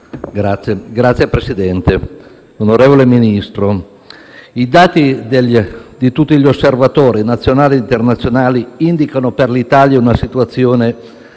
Signor Presidente, onorevole Ministro, i dati di tutti gli osservatori nazionali e internazionali indicano per l'Italia una situazione